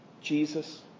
Jesus